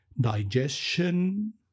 digestion